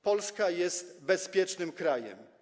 Polska jest bezpiecznym krajem.